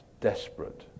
desperate